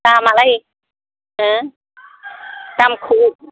दामालाय हो दामखौ